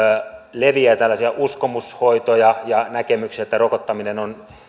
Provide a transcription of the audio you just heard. leviää tällaisia uskomushoitoja ja näkemyksiä että rokottaminen on